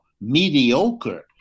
mediocre